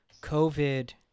COVID